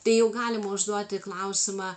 tai jau galima užduoti klausimą